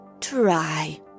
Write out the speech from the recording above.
try